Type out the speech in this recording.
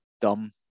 dumb